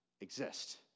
exist